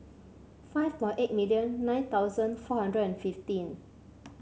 five four eight million nine thousand four hundred and fifteen